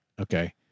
okay